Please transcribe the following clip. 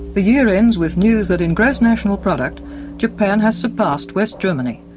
the year ends with news that in gross national product japan has surpassed west germany,